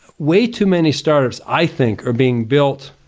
way too many startups i think are being built.